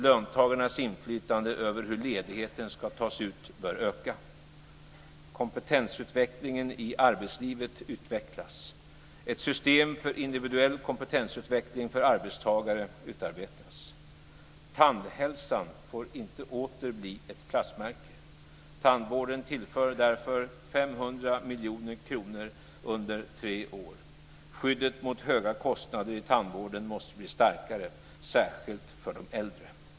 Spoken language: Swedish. Löntagarnas inflytande över hur ledigheten ska tas ut bör öka. · Tandhälsan får inte åter bli ett klassmärke. Tandvården tillförs därför 500 miljoner kronor under tre år. Skyddet mot höga kostnader i tandvården måste bli starkare, särskilt för de äldre.